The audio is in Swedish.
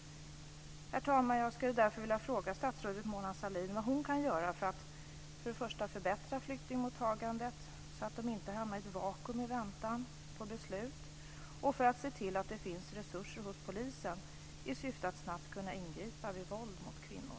Herr talman! Jag skulle därför vilja fråga statsrådet Mona Sahlin vad hon kan göra för att förbättra flyktingmottagandet så att flyktingarna inte hamnar i ett vakuum i väntan på beslut och för att se till att det finns resurser hos polisen i syfte att snabbt kunna ingripa vid våld mot kvinnor.